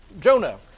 Jonah